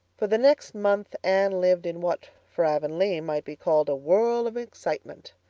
for the next month anne lived in what, for avonlea, might be called a whirl of excitement.